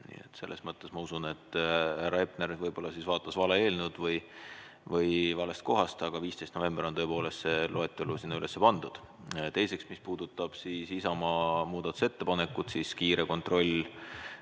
selles mõttes ma usun, et härra Hepner võib-olla vaatas vale eelnõu või valest kohast, aga 15. novembril on tõepoolest see loetelu sinna üles pandud. Teiseks, mis puudutab Isamaa muudatusettepanekut, siis kiire kontroll